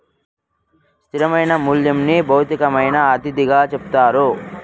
స్థిరమైన మూల్యంని భౌతికమైన అతిథిగా చెప్తారు